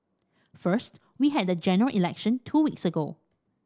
first we had the General Election two weeks ago